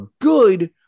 good